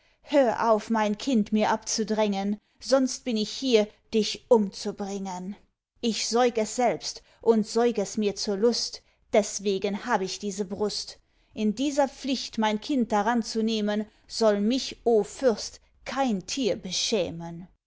hör auf mein kind mir abzudrängen sonst bin ich hier dich umzubringen ich säug es selbst und säug es mir zur lust deswegen hab ich diese brust in dieser pflicht mein kind daran zu nehmen soll mich o fürst kein tier